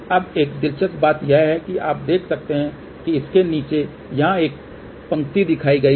अब एक दिलचस्प बात यह है कि आप देख सकते हैं कि इसके नीचे यहां एक पंक्ति दिखाई गई है